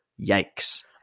yikes